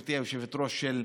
גברתי היושבת-ראש,